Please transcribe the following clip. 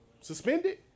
suspended